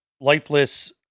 lifeless